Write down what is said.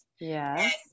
yes